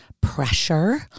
pressure